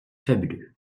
fabuleux